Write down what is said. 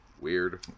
Weird